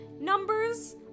numbers